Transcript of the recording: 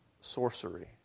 sorcery